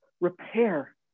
Repair